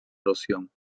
erosión